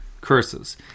curses